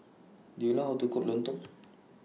Do YOU know How to Cook Lontong